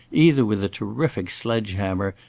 either with a terrific sledge-hammer,